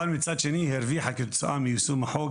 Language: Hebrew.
אבל מצד שני הרוויחה כתוצאה מיישום החוק,